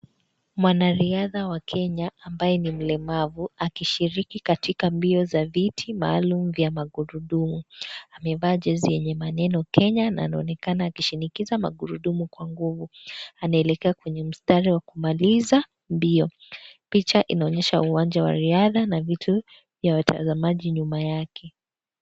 Mwanariadha wa Kenya ambaye ni mlemavu akishiriki katika mbio za viti maalum vya magurudumu. Amevaa jezi yenye maneno Kenya na anaonekana akisindikiza magurudumu kwa nguvu. Anaelekea kwenye mstari wa kumaliza mbio. Picha inaonyesha uwanja wa riadha na viti vya watazamaji nyuma yake.